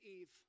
Eve